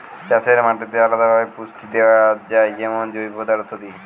চাষের মাটিতে আলদা ভাবে পুষ্টি দেয়া যায় যেমন জৈব পদার্থ দিয়ে